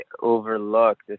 overlooked